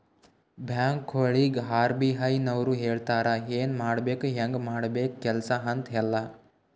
ಬ್ಯಾಂಕ್ಗೊಳಿಗ್ ಆರ್.ಬಿ.ಐ ನವ್ರು ಹೇಳ್ತಾರ ಎನ್ ಮಾಡ್ಬೇಕು ಹ್ಯಾಂಗ್ ಮಾಡ್ಬೇಕು ಕೆಲ್ಸಾ ಅಂತ್ ಎಲ್ಲಾ